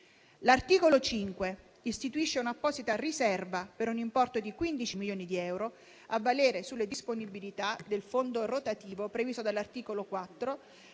L'articolo 5 istituisce un'apposita riserva, per un importo di 15 milioni di euro, a valere sulle disponibilità del fondo rotativo previsto dall'articolo